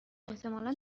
احتمالا